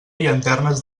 llanternes